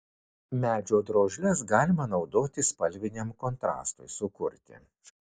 medžio drožles galima naudoti spalviniam kontrastui sukurti